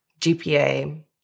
GPA